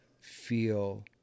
feel